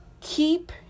keep